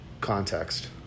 context